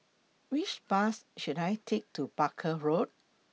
Which Bus should I Take to Barker Road